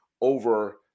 over